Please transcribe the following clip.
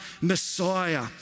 Messiah